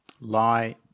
lie